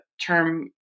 term